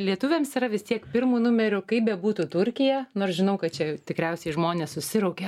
lietuviams yra vis tiek pirmu numeriu kaip bebūtų turkija nors žinau kad čia tikriausiai žmonės susiraukia